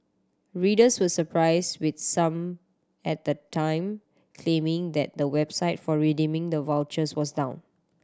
readers were surprise with some at the time claiming that the website for redeeming the vouchers was down